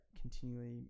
continually